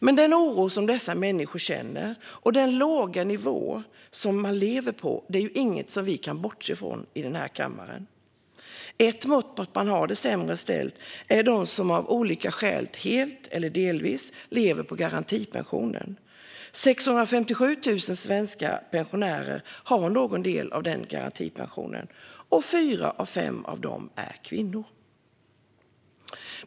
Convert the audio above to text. Men den oro som dessa människor känner och den låga nivå som de lever på är inget som vi kan bortse från i den här kammaren. Ett mått på att man har det sämre ställt är de människor som helt eller delvis lever på garantipension. 657 000 svenska pensionärer får del av den, och fyra av fem är kvinnor.